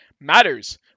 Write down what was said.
matters